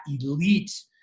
elite